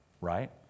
Right